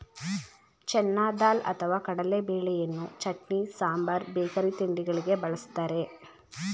ಚೆನ್ನ ದಾಲ್ ಅಥವಾ ಕಡಲೆಬೇಳೆಯನ್ನು ಚಟ್ನಿ, ಸಾಂಬಾರ್ ಬೇಕರಿ ತಿಂಡಿಗಳಿಗೆ ಬಳ್ಸತ್ತರೆ